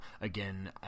Again